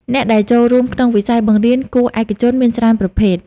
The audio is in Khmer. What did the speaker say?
អ្នកដែលចូលរួមក្នុងវិស័យបង្រៀនគួរឯកជនមានច្រើនប្រភេទ។